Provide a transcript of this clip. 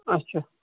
اَچھا